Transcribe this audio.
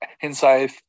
Inside